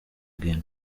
again